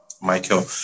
Michael